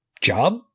job